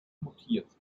mutiert